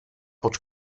pod